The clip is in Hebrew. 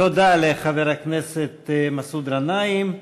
תודה לחבר הכנסת מסעוד גנאים.